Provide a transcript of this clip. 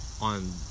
on